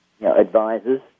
advisors